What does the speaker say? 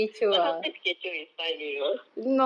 but sometimes kecoh is fun you know